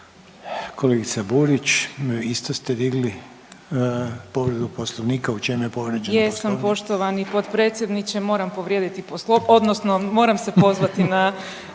Kolegica Burić isto ste digli povredu Poslovnika? **Burić, Majda (HDZ)** Jesam poštovani potpredsjedniče, moram povrijediti poslo…, odnosno moram se pozvati na,